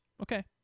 Okay